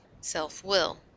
Self-will